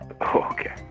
okay